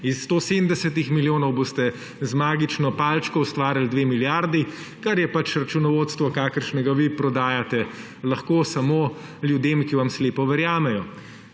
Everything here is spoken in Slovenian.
Iz 170 milijonov boste z magično palčko ustvarili 2 milijardi, kar je pač računovodstvo, kakršnega vi lahko prodajate samo ljudem, ki vam slepo verjamejo.